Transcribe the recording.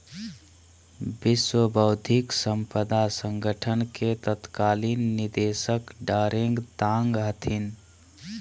विश्व बौद्धिक साम्पदा संगठन के तत्कालीन निदेशक डारेंग तांग हथिन